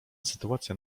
sytuacja